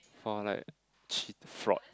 for like cheat fraught